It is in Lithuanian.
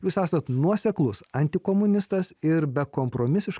jūs esat nuoseklus antikomunistas ir bekompromisis